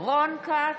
רון כץ,